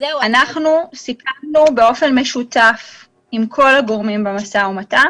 אנחנו סיכמנו באופן משותף עם כל הגורמים במשא ומתן